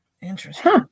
Interesting